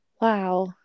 wow